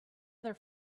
other